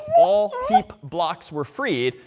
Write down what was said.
all heap blocks were freed.